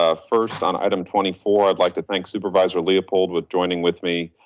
ah first on item twenty four, i'd like to thank supervisor leopold with joining with me.